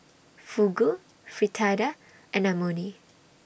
Fugu Fritada and Imoni